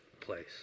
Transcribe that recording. place